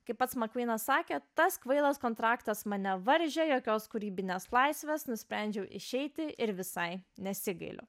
kaip pats makvynas sakė tas kvailas kontraktas mane varžė jokios kūrybinės laisvės nusprendžiau išeiti ir visai nesigailiu